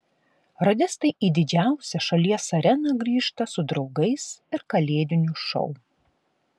radistai į didžiausią šalies areną grįžta su draugais ir kalėdiniu šou